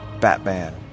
Batman